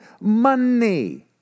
money